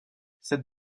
cette